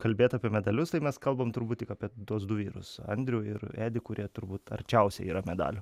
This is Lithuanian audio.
kalbėt apie medalius tai mes kalbam turbūt tik apie tuos du vyrus andrių ir edį kurie turbūt arčiausiai yra medalių